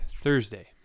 Thursday